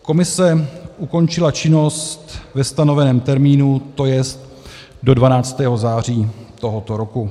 Komise ukončila činnost ve stanoveném termínu, to jest do 12. září tohoto roku.